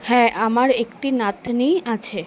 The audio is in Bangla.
হ্যাঁ আমার একটি নাতনি আছে